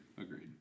Agreed